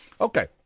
Okay